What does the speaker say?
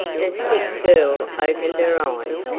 the sick girl opened her eyes.